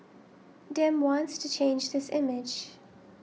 Dem wants to change this image